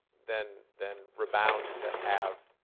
then then rebound to have